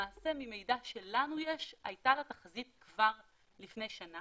למעשה ממידע שלנו יש הייתה לה תחזית כבר לפני שנה